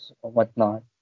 whatnot